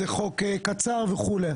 זה חוק קצר וכולי.